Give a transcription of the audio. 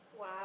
Wow